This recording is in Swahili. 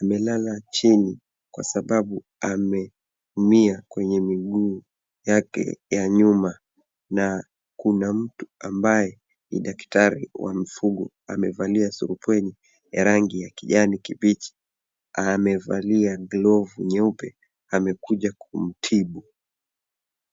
Amelala chini kwasababu ameumia kwenye miguu yake ya nyuma na kuna mtu ambaye ni daktari wa mifugo. Amevalia surupwenye ya kijani kibichi. Amevalia glavu nyeupe. Amekuja kumtibu.